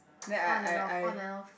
on and off on and off